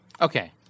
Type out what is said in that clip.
Okay